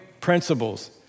principles